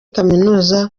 kaminuza